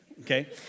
Okay